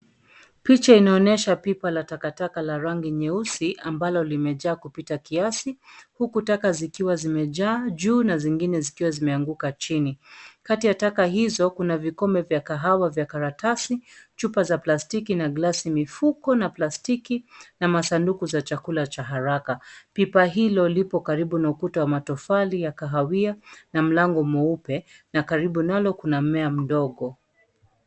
Picha inaonyesha pipa la takataka la rangi nyeusi ambalo limejaa kupita kiasi, huku taka zikiwa zimejaa juu na zingine zikiwa zimeanguka chini. Kati ya taka hizo kuna vikombe vya kahawa vya karatasi, chupa za plastiki na glasi mifuko na plastiki, na masanduku za chakula cha haraka. Pipa hilo lipo karibu na ukuta wa matofali ya kahawia, na mlango mweupe na karibu nalo kuna mmea mdogo.